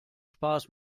spaß